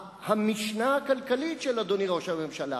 המשנה הכלכלית של אדוני ראש הממשלה